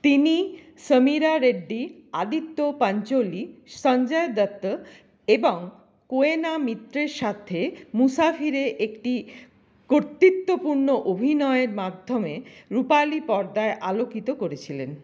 তিনি সামীরা রেড্ডি আদিত্য পাঞ্চোলি সঞ্জয় দত্ত এবং কোয়েনা মিত্রের সাথে মুসাফিরে একটি কর্তৃত্বপূর্ণ অভিনয়ের মাধ্যমে রূপালী পর্দায় আলোকিত করেছিলেন